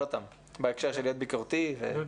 אותם בהקשר של להיות ביקורתי ופעיל.